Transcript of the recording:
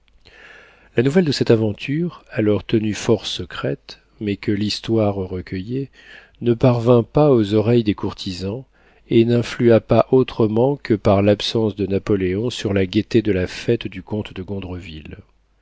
la nouvelle de cette aventure alors tenue fort secrète mais que l'histoire recueillait ne parvint pas aux oreilles des courtisans et n'influa pas autrement que par l'absence de napoléon sur la gaieté de la fête du comte de